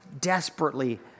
desperately